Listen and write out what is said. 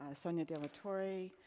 ah sonia delatore,